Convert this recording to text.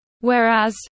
Whereas